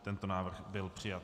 Tento návrh byl přijat.